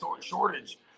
shortage